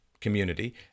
community